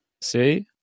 See